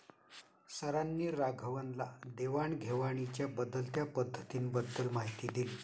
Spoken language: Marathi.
सरांनी राघवनला देवाण घेवाणीच्या बदलत्या पद्धतींबद्दल माहिती दिली